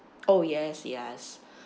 oh yes yes